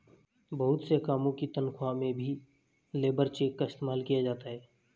बहुत से कामों की तन्ख्वाह में भी लेबर चेक का इस्तेमाल किया जाता है